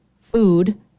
food